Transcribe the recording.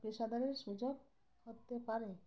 পেশাদারের সুযোগ করতে পারেন